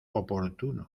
oportuno